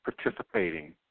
participating